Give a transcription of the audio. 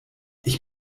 ich